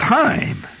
time